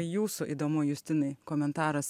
jūsų įdomu justinai komentaras